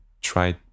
try